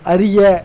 அறிய